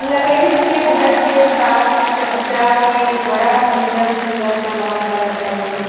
लकड़ी से घर के साज सज्जा के बड़ा सुंदर सुंदर समान बनत हउवे